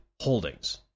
holdings